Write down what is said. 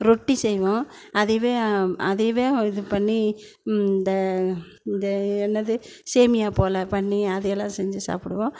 ரொட்டி செய்வோம் அதுவே அதுவே இது பண்ணி இந்த இந்த என்னது சேமியா போல பண்ணி அதையெல்லாம் செஞ்சு சாப்பிடுவோம்